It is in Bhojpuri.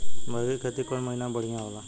मकई के खेती कौन महीना में बढ़िया होला?